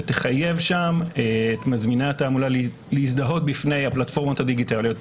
ותחייב שם את מזמיני התעמולה להזדהות בפני הפלטפורמות הדיגיטליות,